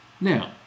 Now